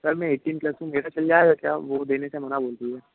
sir मैं eighteen plus हूँ मेरा चल जाएगा क्या वह देने से मना बोल रही है